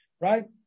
right